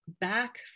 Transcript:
back